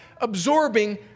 absorbing